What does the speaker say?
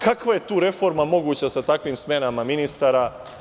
Kakva je tu reforma moguća sa takvim smenama ministara?